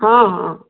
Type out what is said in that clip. ହଁ ହଁ